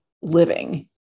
living